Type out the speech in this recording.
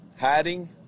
hiding